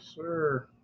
sir